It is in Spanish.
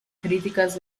críticas